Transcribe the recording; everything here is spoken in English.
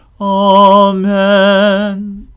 Amen